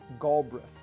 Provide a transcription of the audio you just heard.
Galbraith